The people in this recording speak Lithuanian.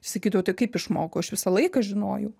ir sakydavo tai kaip išmokau aš visą laiką žinojau